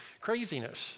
craziness